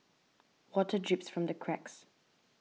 water drips from the cracks